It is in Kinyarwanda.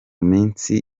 minsi